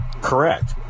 Correct